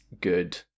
good